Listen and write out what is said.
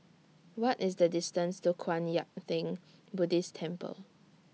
What IS The distance to Kwan Yam Theng Buddhist Temple